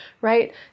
right